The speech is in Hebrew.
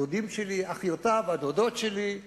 הדודים שלי, אחיותיו הדודות שלי.